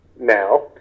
now